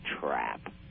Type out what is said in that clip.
trap